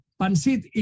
pansit